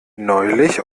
neulich